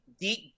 Deep